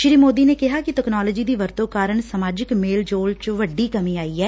ਸ੍ਰੀ ਮੋਦੀ ਨੇ ਕਿਹਾ ਕਿ ਤਕਨਾਲੋਜੀ ਦੀ ਵਰਤੋ ਕਾਰਨ ਸਮਾਜਿਕ ਮੇਲ ਜੋਲ ਚ ਵੱਡੀ ਕਮੀ ਆਈ ਐ